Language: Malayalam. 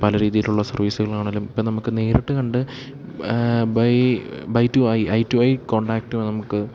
പല രീതിയിലുള്ള സർവീസുകളാണെങ്കിലും ഇപ്പോള് നമുക്ക് നേരിട്ട് കണ്ട് by eye to eye contact നമുക്ക്